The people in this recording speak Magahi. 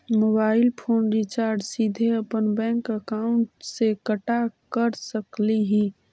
मोबाईल फोन रिचार्ज सीधे अपन बैंक अकाउंट से कटा के कर सकली ही?